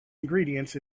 ingredients